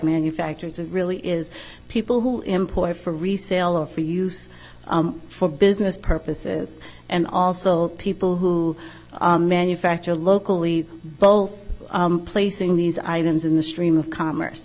manufacturers it really is people who import for resale or for use for business purposes and also people who manufacture locally both placing these items in the stream of commerce